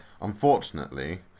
Unfortunately